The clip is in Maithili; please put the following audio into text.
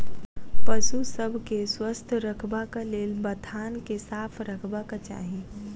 पशु सभ के स्वस्थ रखबाक लेल बथान के साफ रखबाक चाही